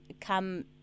come